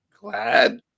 glad